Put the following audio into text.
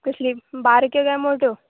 कसली बारक्यो काय मोट्यो